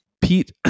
pete